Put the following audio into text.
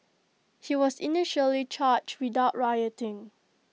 he was initially charged without rioting